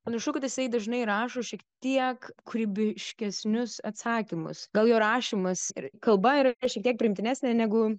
panašu kad jisai dažnai rašo šiek tiek kūrybiškesnius atsakymus gal jo rašymas ir kalba yra šiek tiek priimtinesnė negu